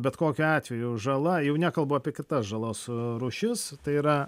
bet kokiu atveju žala jau nekalbu apie kitas žalos rūšis tai yra